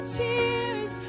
tears